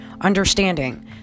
understanding